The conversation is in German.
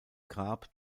grab